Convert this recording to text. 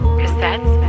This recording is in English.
cassettes